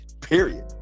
period